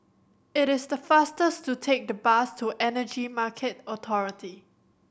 it is faster to take the bus to Energy Market Authority